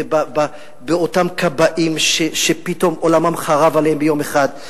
ובאותם כבאים שפתאום עולמם חרב עליהם ביום אחד,